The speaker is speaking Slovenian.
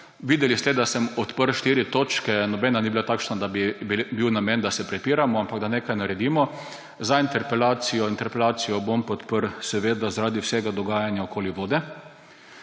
Videli ste, da sem odprl štiri točke, nobena ni bila takšna, da bi bil namen, da se prepiramo, ampak da nekaj naredimo. Interpelacijo bom podprl seveda zaradi vsega dogajanja okoli vode,